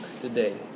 today